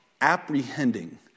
apprehending